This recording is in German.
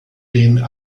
denen